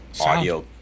audio